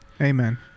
amen